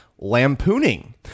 lampooning